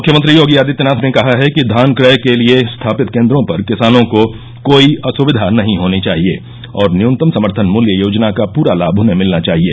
मुख्यमंत्री योगी आदित्यनाथ ने कहा है कि धान क्रय के लिये स्थापित केन्द्रों पर किसानों को कोई असविधा नहीं होनी चाहिए और न्यूनतम समर्थन मूल्य योजना का पूरा लाभ उन्हें मिलना चाहिए